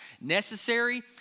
necessary